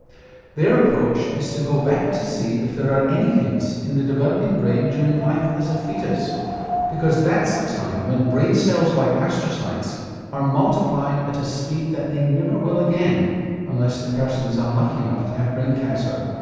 their approach is to go back to see if there are any hints in the developing brain during life as a foetus because that's a time when brain cells like astrocytes are multiplying at a speed that they never will again unless the person is unlucky enough to have brain cancer.